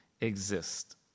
exist